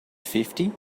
fifty